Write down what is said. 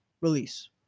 release